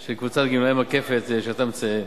של קבוצת גמלאי "מקפת" שאתה מציין.